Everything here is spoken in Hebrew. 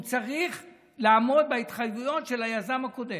הוא צריך לעמוד בהתחייבויות של היזם הקודם,